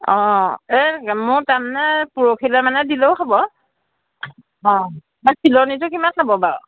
অঁ এই মোৰ তাৰমানে পৰহিলৈ মানে দিলেও হ'ব অঁ চিলনিটো কিমান হ'ব বাৰু